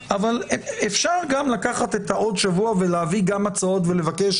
אבל אפשר גם לקחת עוד שבוע ולהביא גם הצעות ולבקש